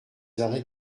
arrêts